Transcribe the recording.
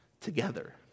together